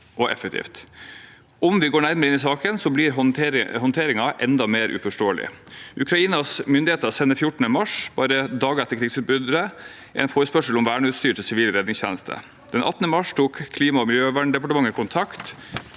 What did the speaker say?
og effektivt. Om vi går nærmere inn i saken, blir håndteringen enda mer uforståelig. Ukrainas myndigheter sendte 14. mars, bare dager etter krigsutbruddet, en forespørsel om verneutstyr til sivil redningstjeneste. Den 18. mars tok Klima- og miljødepartementet kontakt